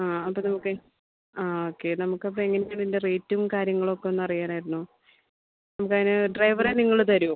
ആ അപ്പം അത് ഓക്കെ ആ ഓക്കെ നമുക്കപ്പോൾ എങ്ങനെയാണ് അതിൻ്റെ റേറ്റും കാര്യങ്ങളൊക്കെ ഒന്ന് അറിയാനായിരുന്നു നമുക്ക് അതിന് ഡ്രൈവറെ നിങ്ങൾ തരുവോ